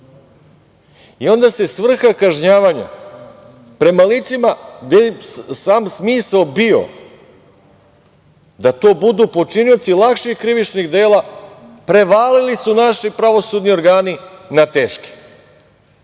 i onda se svrha kažnjavanja prema licima, gde je i sam smisao bio da to budu počinioci lakših krivičnih dela, prevalili su naši pravosudni organi na teške.